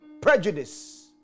Prejudice